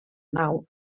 nau